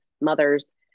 mothers